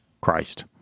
Christ